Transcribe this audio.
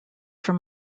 from